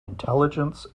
intelligence